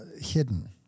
hidden